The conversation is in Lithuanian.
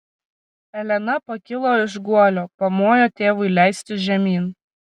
elena pakilo iš guolio pamojo tėvui leistis žemyn